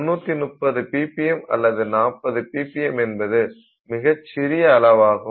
330 ppm அல்லது 40 ppm என்பது மிகச்சிறிய அளவாகும்